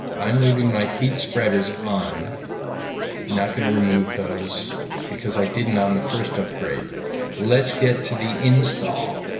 i'm leaving my heat spreaders on not going to remove those because i didn't on the first upgrade let's get to the install